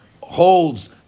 holds